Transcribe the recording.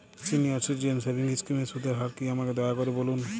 senior citizen savings স্কিমের সুদের হার কী আমাকে দয়া করে বলুন